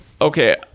Okay